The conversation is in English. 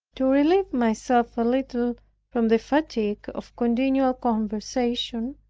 to relieve myself a little from the fatigue of continual conversation,